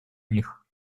них